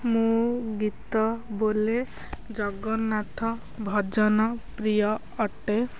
ମୁଁ ଗୀତ ବୋଲେ ଜଗନ୍ନାଥ ଭଜନ ପ୍ରିୟ ଅଟେ